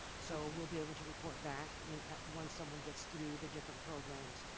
so we'll be able to report back, you know, ah, once someone gets through the different programs.